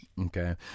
Okay